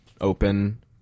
open